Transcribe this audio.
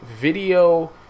video